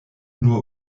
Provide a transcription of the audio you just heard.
nur